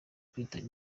kwitaba